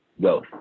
go